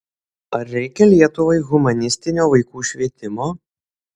ar reikia lietuvai humanistinio vaikų švietimo